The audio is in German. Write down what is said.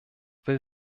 will